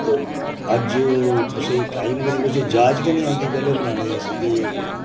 तो अज्ज कुसै गी टाइम गै नी कुसै गी जाच गै नी औंदी पैह्लै बनाने दी सिद्धी जेई गल्ल ऐ